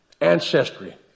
ancestry